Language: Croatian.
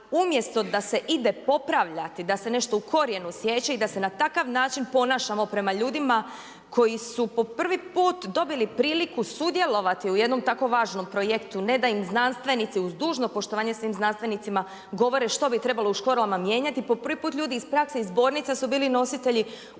umjesto da se ide popravljati, da se nešto u korijenu siječe i da se na takav način ponašamo prema ljudima koji su po prvi put dobili priliku sudjelovati u jednom tako važnom projektu, ne da im znanstvenici uz dužno poštovanje svim znanstvenicima govore što bi trebalo u školama mijenjati po prvi put ljudi iz prakse, iz zbornica su bili nositelji